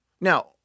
Now